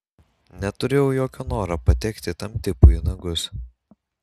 neturėjau jokio noro patekti tam tipui į nagus